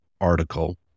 article